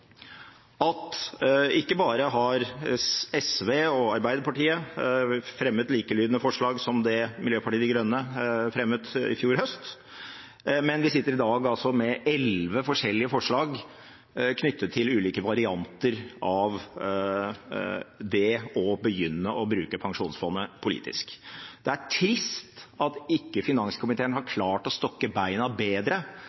at ikke bare har SV og Arbeiderpartiet fremmet likelydende forslag som det Miljøpartiet De Grønne fremmet i fjor høst, vi sitter i dag også med elleve forskjellige forslag knyttet til ulike varianter av det å begynne å bruke Pensjonsfondet politisk. Det er trist at ikke finanskomiteen har